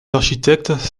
architectes